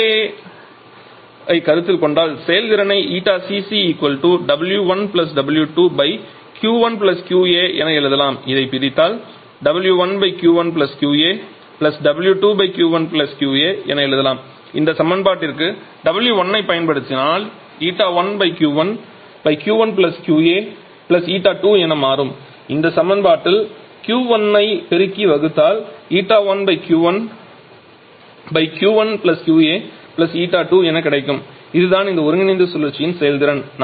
QA வை கருத்தில் கொண்டால் செயல்திறனை 𝜂𝐶𝐶 𝑊1 𝑊2 𝑄1 𝑄𝐴 என எழுதலாம் இதை பிரித்தால் 𝑊1 𝑄1 𝑄𝐴 𝑊2 𝑄1 𝑄𝐴 என எழுதலாம் இந்த சமன்பாட்டிற்கு 𝑊1 ஐ பயன்படுத்தினால் 𝜂1𝑄1 𝑄1 𝑄𝐴𝜂2 என மாறும் இந்த சமன்பாட்டில் Q1 ஐ பெருக்கி வகுத்தால் 𝜂1𝑄1 𝑄1 𝑄𝐴𝜂2 என கிடைக்கும் இதுதான் இந்த ஒருங்கிணைந்த சுழற்சியின் செயல்திறன்